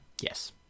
Yes